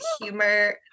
humor